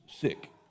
sick